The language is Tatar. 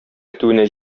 көтүенә